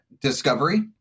Discovery